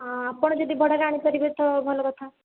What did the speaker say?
ଆପଣ ଯଦି ଭଡ଼ାରେ ଆଣି ପାରିବେ ତ ଭଲ କଥା